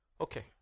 Okay